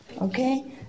Okay